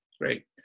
Great